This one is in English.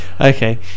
Okay